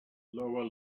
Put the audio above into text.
loa